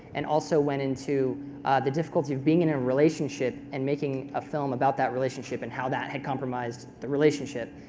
and also went into the difficulty of being in a relationship, and making a film about that relationship, and how that had compromised the relationship.